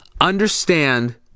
Understand